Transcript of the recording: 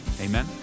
Amen